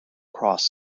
cross